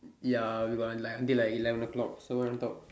ya we got like until like eleven o'clock so what you want to talk